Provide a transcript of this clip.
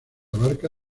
abarca